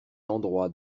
endroit